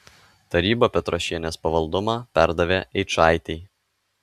taryba petrošienės pavaldumą perdavė eičaitei